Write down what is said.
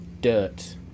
dirt